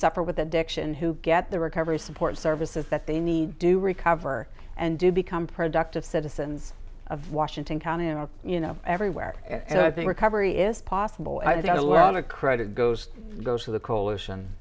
suffer with addiction who get the recovery support services that they need to recover and to become productive citizens of washington county and you know everywhere else i think recovery is possible i got a lot of credit goes goes to the coalition